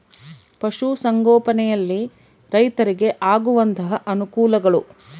ಪಶುಸಂಗೋಪನೆಯಲ್ಲಿ ರೈತರಿಗೆ ಆಗುವಂತಹ ಅನುಕೂಲಗಳು?